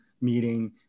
meeting